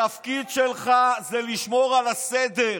התפקיד שלך זה לשמור על הסדר.